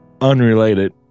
unrelated